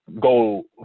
Go